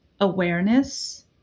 awareness